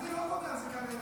אני לא בונה על זה קריירה,